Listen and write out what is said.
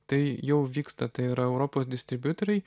tai jau vyksta tai yra europos distribiutoriai